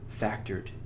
factored